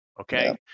Okay